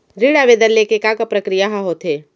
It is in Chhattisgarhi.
ऋण आवेदन ले के का का प्रक्रिया ह होथे?